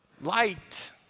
Light